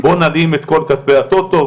בואו נלאים את כל כספי הטוטו,